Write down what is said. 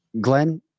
Glenn